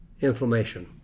inflammation